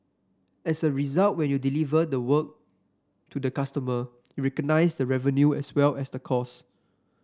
as a result when you deliver the work to the customer recognise the revenue as well as the cost